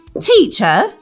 Teacher